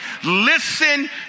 Listen